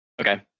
Okay